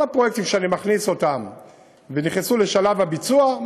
כל הפרויקטים שאני מכניס ונכנסו לשלב הביצוע,